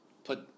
put